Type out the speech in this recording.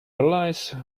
realize